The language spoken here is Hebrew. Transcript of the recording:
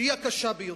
שהיא הקשה ביותר.